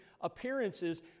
appearances